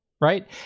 right